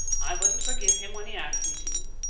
i wouldn't forgive him when he asked me to.